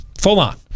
full-on